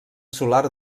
solar